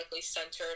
centered